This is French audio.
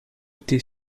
été